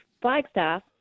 Flagstaff